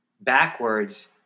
backwards